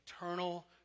eternal